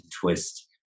twist